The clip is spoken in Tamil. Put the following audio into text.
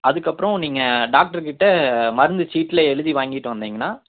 அதற்கப்புறம் நீங்கள் டாக்டர் கிட்ட மருந்து சீட்டில் எழுதி வாங்கிட்டு வந்தீங்கன்னா